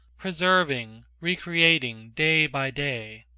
preserving, recreating, day by day.